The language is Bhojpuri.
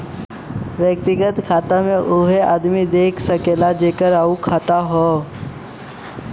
व्यक्तिगत खाता के वही आदमी देख सकला जेकर उ खाता हौ